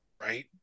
right